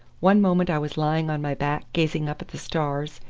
one moment i was lying on my back gazing up at the stars,